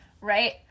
right